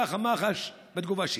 ככה מח"ש בתגובה שלה.